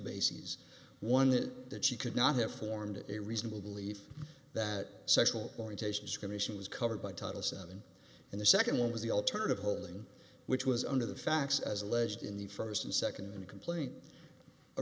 bases one that she could not have formed a reasonable belief that sexual orientation is commission was covered by title seven and the second one was the alternative holding which was under the facts as alleged in the first and second the complaint a